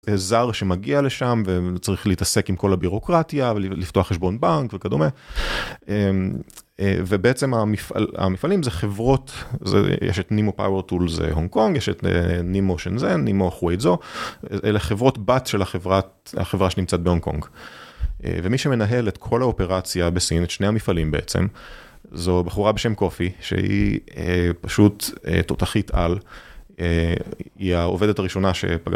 זר שמגיע לשם וצריך להתעסק עם כל הבירוקרטיה ולפתוח חשבון בנק וכדומה, ובעצם המפעלים זה חברות יש את נימו פאורטול זה הונג קונג יש את נימו שן זן נימו חווייזו, אלה חברות בת של החברה שנמצאת בהונג קונג, ומי שמנהל את כל האופרציה בסין, את שני המפעלים בעצם, זו בחורה בשם קופי שהיא פשוט תותחית-על, היא העובדת הראשונה שפגשת